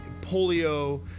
polio